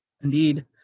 indeed